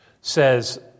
says